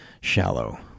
shallow